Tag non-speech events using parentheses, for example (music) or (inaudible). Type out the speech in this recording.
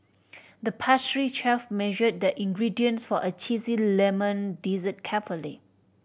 the pastry chef measured the ingredients for a (unintelligible) lemon dessert carefully